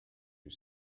you